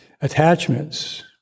attachments